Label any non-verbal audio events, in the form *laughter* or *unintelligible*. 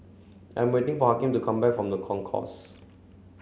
I'm waiting for *unintelligible* to come back from The Concourse